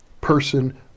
person